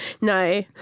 No